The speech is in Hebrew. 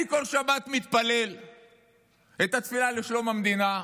בכל שבת אני מתפלל את התפילה לשלום המדינה,